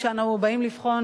כשאנו באים לבחון,